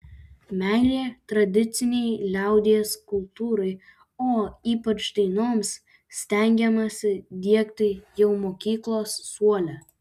meilę tradicinei liaudies kultūrai o ypač dainoms stengiamasi diegti jau mokyklos suole